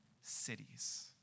cities